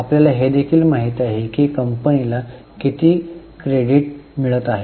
आपल्याला हे देखील माहित आहे की कंपनीला किती दिवस क्रेडिट मिळत आहे